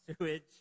sewage